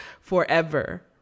forever